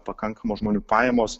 pakankamos žmonių pajamos